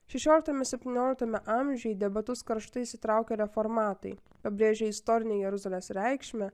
šešioliktame septynioliktame amžiuj į debatus karštai įsitraukia reformatai pabrėžė istorinę jeruzalės reikšmę